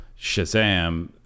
Shazam